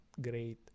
great